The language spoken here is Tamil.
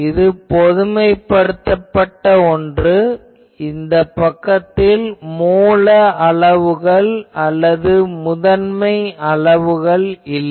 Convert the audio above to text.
இது பொதுமைப்படுத்தப்பட்ட ஒன்று இந்த பக்கத்தில் மூல அளவுகள் அல்லது முதன்மை அளவுகள் இல்லை